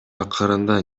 акырында